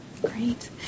Great